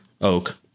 oak